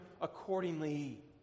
accordingly